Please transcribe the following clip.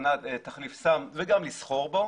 תחליף סם, וגם לסחור בו.